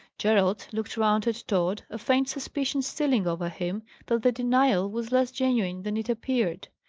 gerald looked round at tod, a faint suspicion stealing over him that the denial was less genuine than it appeared.